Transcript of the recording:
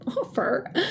offer